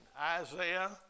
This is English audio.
Isaiah